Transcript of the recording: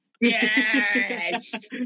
Yes